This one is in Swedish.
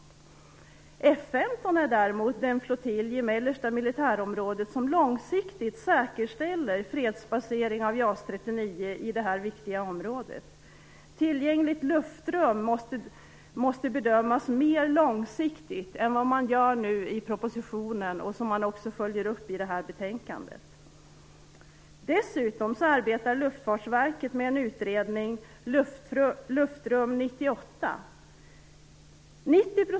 Däremot är F 15 den flottilj i mellersta militärområdet som långsiktigt säkerställer fredsbasering av JAS 39 i det här viktiga området. Tillgängligt luftrum måste bedömas mer långsiktigt än vad som görs i propositionen och som man följer upp i betänkandet.